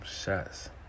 shots